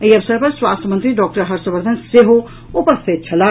एहि अवसर पर स्वास्थ्य मंत्री डॉक्टर हर्ष वर्धन सेहो उपस्थित छलाह